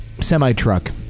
semi-truck